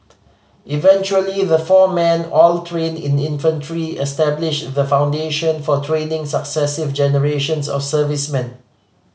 eventually the four men all trained in infantry established the foundation for training successive generations of servicemen